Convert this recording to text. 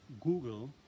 Google